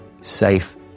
safe